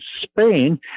Spain